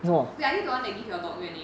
ya are you the one who give your dog your name